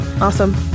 Awesome